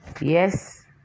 yes